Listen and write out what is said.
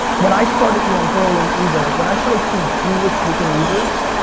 when i started, you know, i was early in uber. when i started seeing who was taking ubers,